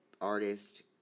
Artist